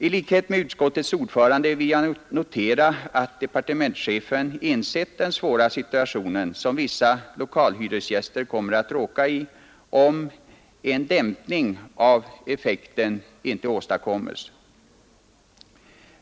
I likhet med utskottets ordförande vill jag notera att departementschefen insett den svåra situation som vissa lokalhyresgäster kommer att råka i om en dämpning av effekten inte åstadkommes.